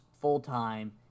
full-time